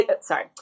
sorry